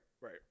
right